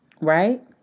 Right